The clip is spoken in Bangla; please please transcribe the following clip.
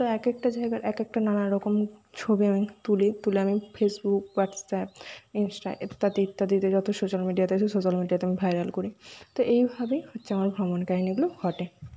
তো এক একটা জায়গার এক একটা নানান রকম ছবি আমি তুলি তুলে আমি ফেসবুক হোয়াটসঅ্যাপ ইন্সটা ইত্যাদি ইত্যাদিতে যত সোশ্যাল মিডিয়া সোশ্যাল মিডিয়াতে আমি ভাইরাল করি তো এইভাবেই হচ্ছে আমার ভ্রমণ কাহিনিগুলো ঘটে